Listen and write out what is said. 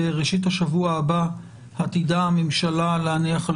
בראשית השבוע הבא עתידה הממשלה להניח על